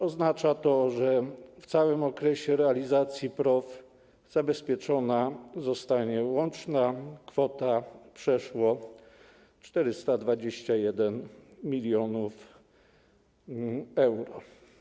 Oznacza to, że w całym okresie realizacji PROW zabezpieczona zostanie łączna kwota ponad 421 mln euro.